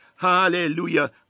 Hallelujah